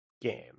game